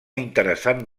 interessant